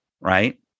right